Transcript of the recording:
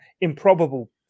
improbable